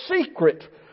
secret